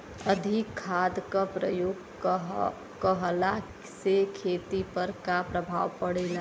अधिक खाद क प्रयोग कहला से खेती पर का प्रभाव पड़ेला?